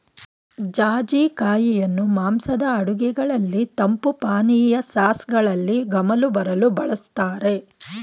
ಜಾಜಿ ಕಾಯಿಯನ್ನು ಮಾಂಸದ ಅಡುಗೆಗಳಲ್ಲಿ, ತಂಪು ಪಾನೀಯ, ಸಾಸ್ಗಳಲ್ಲಿ ಗಮಲು ಬರಲು ಬಳ್ಸತ್ತರೆ